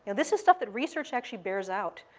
this is stuff that research actually bears out.